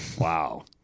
Wow